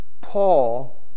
Paul